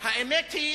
האמת היא